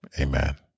Amen